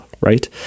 right